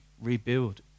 rebuild